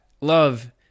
love